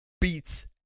beats